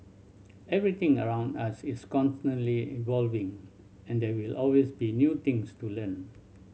everything around us is constantly evolving and there will always be new things to learn